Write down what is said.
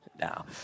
Now